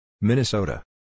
Minnesota